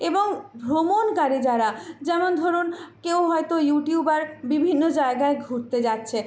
এবং ভ্রমণকারী যারা যেমন ধরুন কেউ হয়তো ইউটিউবার বিভিন্ন জায়গায় ঘুরতে যাচ্ছে